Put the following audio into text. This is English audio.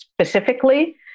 specifically